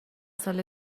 سال